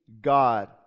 God